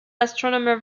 astronomer